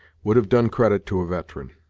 would have done credit to a veteran.